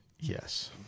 Yes